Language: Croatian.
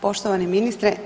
Poštovani ministre.